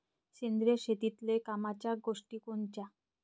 सेंद्रिय शेतीतले कामाच्या गोष्टी कोनच्या?